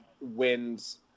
wins